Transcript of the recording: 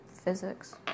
physics